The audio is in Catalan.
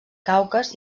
caucas